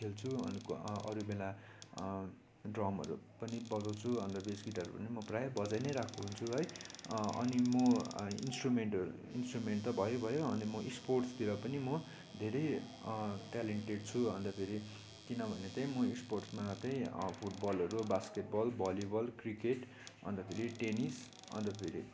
खेल्छु अनि क अरू बेला ड्रमहरू पनि बजाउँछु अन्त बेस गिटार पनि म प्रायः नै बजाइ नै रहेको हुन्छु है अनि म इन्स्ट्रुमेन्टहरू इन्स्ट्रुमेन्ट त भयो भयो अनि म स्पोर्टसतिर पनि म धेरै ट्यालेन्टेड छु अन्त फेरि किनभने त्यही म स्पोर्ट्समा त्यही फुटबलहरू basketball volleyball cricket अन्त फेरि टेनिस अन्त फेरि